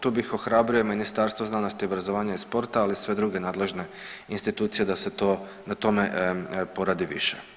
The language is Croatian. Tu bih ohrabrio Ministarstvo znanosti, obrazovanja i sporta ali i sve druge nadležne institucije da se to, na tome poradi više.